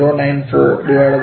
0